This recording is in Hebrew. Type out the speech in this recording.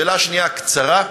שאלה שנייה, קצרה: